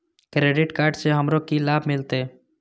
Credit card से हमरो की लाभ मिलते?